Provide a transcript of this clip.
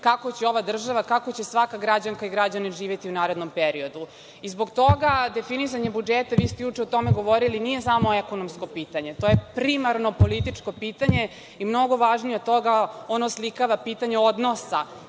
kako će ova država, kako će svaka građanka i građanin živeti u narednom periodu. Zbog toga definisanje budžeta, a vi ste juče o tome govorili, nije samo ekonomsko pitanje, to je primarno političko pitanje i mnogo važnije od toga ono oslikava pitanje odnosa